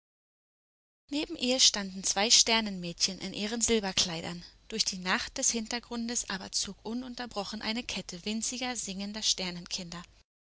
neben ihr standen zwei sternenmädchen in ihren silberkleidern durch die nacht des hintergrundes aber zog ununterbrochen eine kette winziger singender sternenkinder